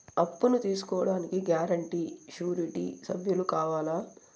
అప్పును తీసుకోడానికి guarantee, surety సభ్యులు కావాలా?